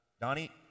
Donnie